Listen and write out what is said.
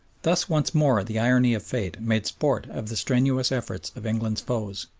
thus once more the irony of fate made sport of the strenuous efforts of england's foes,